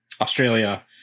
Australia –